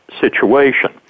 situation